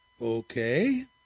Okay